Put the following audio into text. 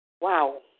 Wow